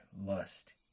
lust